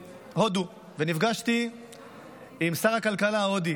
בהודו, נפגשתי עם שר הכלכלה ההודי,